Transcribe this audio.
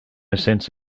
sense